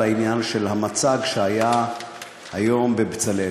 העניין של המיצג שהיה היום ב"בצלאל".